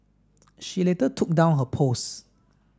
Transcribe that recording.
she later took down her post